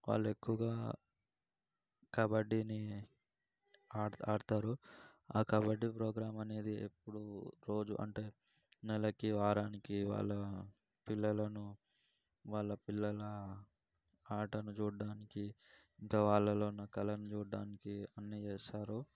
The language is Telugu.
వాళ్ళు ఎక్కువుగా కబడ్డీని ఆడ ఆడతారు ఆ కబడ్డీ ప్రోగ్రామ్ అనేది ఎప్పుడూ రోజూ అంటే నెలకి వారానికి వాళ్ళ పిల్లలను వాళ్ళ పిల్లల ఆటను చూడ్డానికి ఇంకా వాళ్ళలో ఉన్న కళను చూడ్డానికి అన్ని చేస్తారు